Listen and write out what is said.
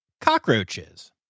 cockroaches